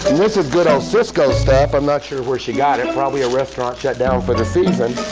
this is good al fresco stuff. i'm not sure where she got it. probably a restaurant shut down for the season.